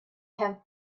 him